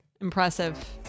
Impressive